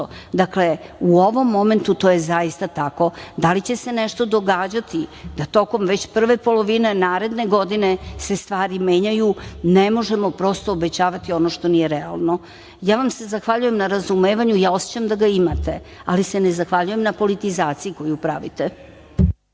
12%.Dakle, u ovom momentu to je zaista tako da li će se nešto događati da tokom već prve polovine naredne godine se stvari menjaju ne možemo prosto obećavati ono što nije realno. Ja vam se zahvaljujem na razumevanju, ja osećam da ga imate, ali se ne zahvaljujem na politizaciji koju pravite.